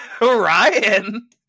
Ryan